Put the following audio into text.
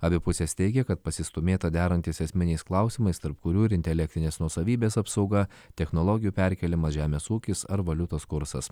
abi pusės teigia kad pasistūmėta derantis esminiais klausimais tarp kurių ir intelektinės nuosavybės apsauga technologijų perkėlimas žemės ūkis ar valiutos kursas